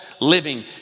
living